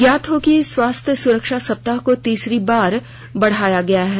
ज्ञात हो कि स्वास्थ्य सुरक्षा सप्ताह को तीसरी बार बढ़ाया गया है